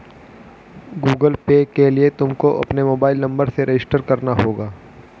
Google Pay के लिए तुमको अपने मोबाईल नंबर से रजिस्टर करना होगा